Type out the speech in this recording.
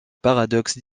paradoxe